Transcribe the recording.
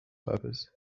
purpose